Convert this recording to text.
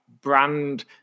brand